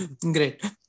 Great